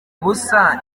busa